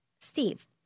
Steve